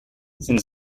since